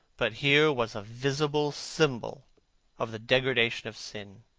but here was a visible symbol of the degradation of sin.